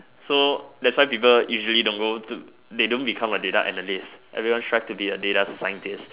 so that's why people usually don't go to they don't become a data analyst everyone strive to become a data scientist